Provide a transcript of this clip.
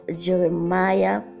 jeremiah